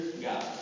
God